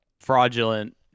fraudulent